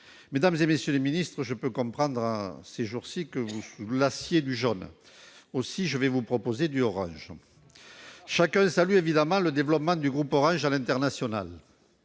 Mesdames, messieurs les ministres, je peux comprendre que vous vous lassiez du jaune ces jours-ci ; aussi, je vais vous proposer de l'orange ! Chacun salue évidemment le développement du groupe Orange à l'international,